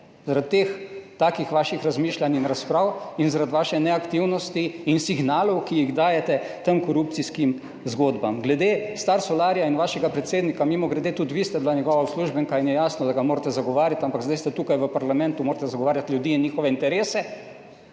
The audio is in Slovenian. zaradi teh, takih vaših razmišljanj in razprav in zaradi vaše neaktivnosti in signalov, ki jih dajete tem korupcijskim zgodbam. Glede Star Solarja in vašega predsednika, mimogrede, tudi vi ste bila njegova uslužbenka in je jasno, da ga morate zagovarjati, ampak zdaj ste tukaj v parlamentu, morate zagovarjati ljudi in njihove interese,